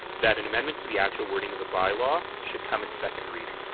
that an amendment to the actual wording of the bylaw should come at second reading.